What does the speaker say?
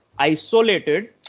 Isolated